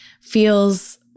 feels